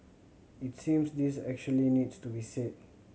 it seems this actually needs to be said